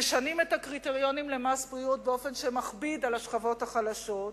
משנים את הקריטריונים למס בריאות באופן שמכביד על השכבות החלשות,